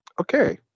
Okay